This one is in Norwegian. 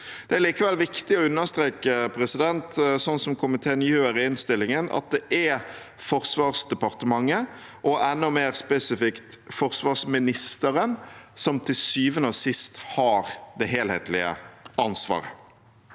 gjør i innstillingen, at det er Forsvarsdepartementet, og enda mer spesifikt forsvarsministeren, som til syvende og sist har det helhetlige ansvaret.